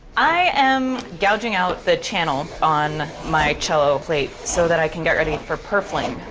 i am gouging out the channel on my cello plate, so that i can get ready for purfling.